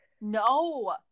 no